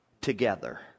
together